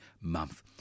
month